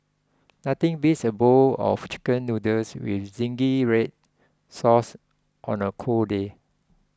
nothing beats a bowl of Chicken Noodles with Zingy Red Sauce on a cold day